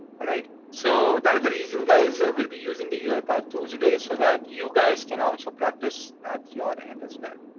alright? so that is the reason guys we'll be using the uipath tools today, so that you guys can also practice as your end as but